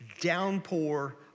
downpour